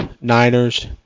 Niners